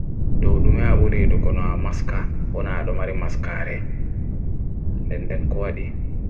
Dou ɗumi aɓuri no amaska wona aɗo mari maskaare nɗe nɗe kowaɗi